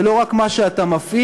זה לא רק מה שאתה מפעיל,